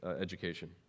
education